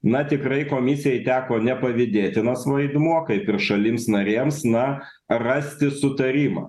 na tikrai komisijai teko nepavydėtinas vaidmuo kaip ir šalims narėms na rasti sutarimą